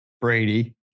Brady